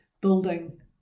building